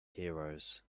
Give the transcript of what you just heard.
heroes